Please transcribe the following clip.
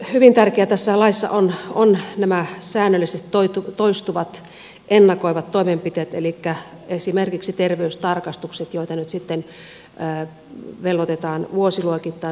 hyvin tärkeää tässä laissa ovat nämä säännöllisesti toistuvat ennakoivat toimenpiteet elikkä esimerkiksi terveystarkastukset joita nyt sitten velvoitetaan vuosiluokittain suorittamaan